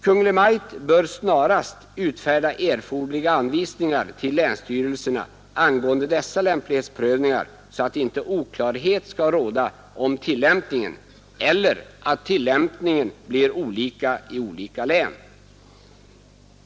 Kungl. Maj:t bör snarast utfärda erforderliga anvisningar till länsstyrelserna angående dessa lämplighetsprövningar, så att inte oklarhet skall råda om tillämpningen eller att tillämpningen blir olika i olika län.